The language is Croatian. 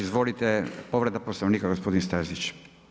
Izvolite, povreda Poslovnika gospodin Stazić.